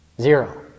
Zero